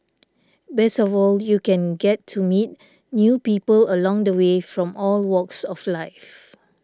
best of all you can get to meet new people along the way from all walks of life